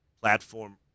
platform